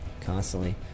constantly